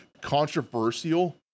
controversial